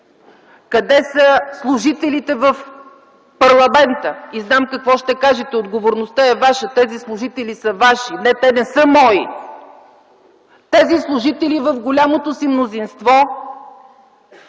къде са служителите в парламента? И знам какво ще кажете. Отговорността е ваша, тези служители са ваши. Не, те не са мои! Тези служители в голямото си мнозинство